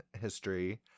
history